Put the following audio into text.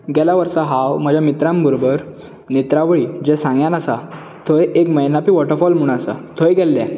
गेल्या वर्सा हांव म्हज्या मित्रां बरोबर नेत्रावळी जे सांग्यान आसा थंय एक मैनापी वॉटरफॉल म्हूण आसा थंय गेल्ले